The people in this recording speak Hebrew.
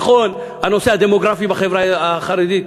נכון, הנושא הדמוגרפי בחברה החרדית,